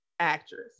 actress